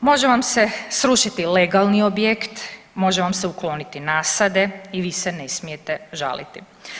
može vam se srušiti legalni objekt, može vam se ukloniti nasade i vi se ne smijete žaliti.